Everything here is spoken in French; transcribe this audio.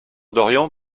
d’orient